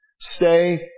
Stay